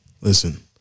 Listen